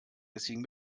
deswegen